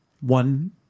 one